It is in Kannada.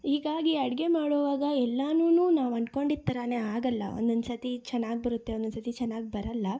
ಹೀಗಾಗಿ ಅಡುಗೆ ಮಾಡುವಾಗ ಎಲ್ಲಾನು ನಾವು ಅಂದ್ಕೊಂಡಿದ್ದ ಥರಾನೆ ಆಗೋಲ್ಲ ಒಂದೊಂದು ಸತಿ ಚೆನ್ನಾಗಿ ಬರುತ್ತೆ ಒಂದೊಂದು ಸತಿ ಚೆನ್ನಾಗಿ ಬರೋಲ್ಲ